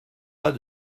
pas